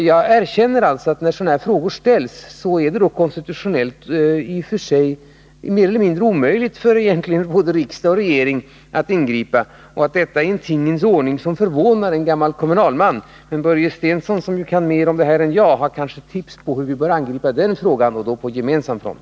Jag erkänner alltså att i sådana här frågor gör konstitutionen det i och för sig mer eller mindre omöjligt för både riksdag och regering att ingripa, och det är en tingens ordning som förvånar en gammal kommunalman. Börje Stensson, som kan mer än jag om det här, har kanske tips om hur vi skall angripa den frågan på gemensam front.